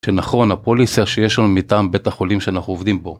שנכון, הפוליסר שיש לנו מטעם בית החולים שאנחנו עובדים בו.